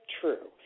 true